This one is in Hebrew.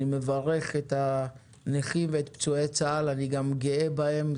אני מברך את הנכים ואת פצועי צה"ל ואני גאה בהם.